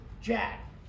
Jack